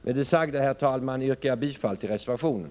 Med det sagda, herr talman, yrkar jag bifall till reservationen.